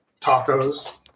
tacos